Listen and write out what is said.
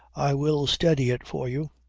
i will steady it for you.